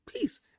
peace